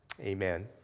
Amen